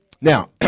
now